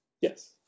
Yes